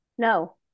No